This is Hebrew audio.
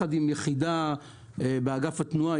יחד עם יחידה באגף התנועה.